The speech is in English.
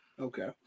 Okay